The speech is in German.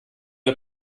der